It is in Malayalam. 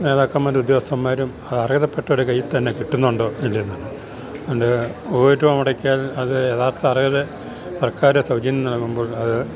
നേതാക്കന്മാര് ഉദ്യോഗസ്ഥന്മാരും അത് അർഹതപ്പെട്ടവരുടെ കയ്യില് തന്നെ കിട്ടുന്നുണ്ടോ ഇല്ലയോ എന്നുള്ളത് ഒരു രൂപ മുടക്കിയാൽ അത് യഥാർഥ അർഹത സർക്കാര് സൗജന്യം നൽകുമ്പോൾ അത്